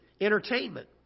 entertainment